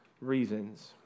reasons